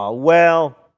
ah well,